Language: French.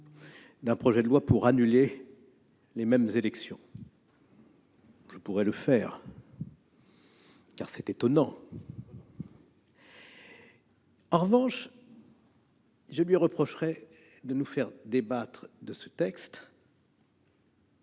d'un projet de loi portant annulation des mêmes élections. Je pourrais le faire, car c'est étonnant ... En revanche, je lui reprocherai de nous faire débattre de ce texte